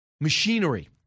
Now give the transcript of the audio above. machinery